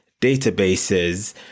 databases